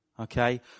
okay